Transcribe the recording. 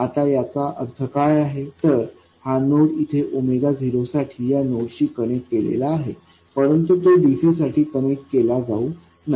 आता याचा अर्थ काय आहे तर हा नोड येथे 0साठी या नोडशी कनेक्ट केलेला आहे परंतु तो dc साठी कनेक्ट केले जाऊ नये